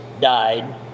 died